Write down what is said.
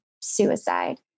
suicide